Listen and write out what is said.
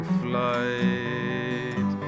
flight